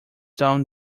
down